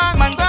man